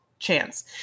Chance